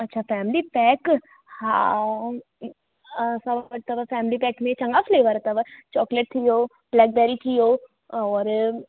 अच्छा family pack आहे असां वटि त फ़ैमिली पैक में ई चङा फ़्लेवर अथव चॉक्लेट थी वियो ब्लैकबेरी थी वियो और